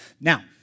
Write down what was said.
Now